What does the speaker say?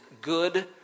good